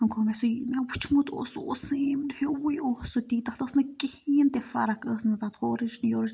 گوٚو مےٚ سُہ مےٚ وٕچھمُت اوس سُہ اوس سیم ہیوُے اوس سُہ تی تَتھ ٲس نہٕ کِہیٖنۍ تہِ فرق ٲس نہٕ تَتھ ہورٕچ نہ یورٕچ